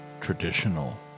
traditional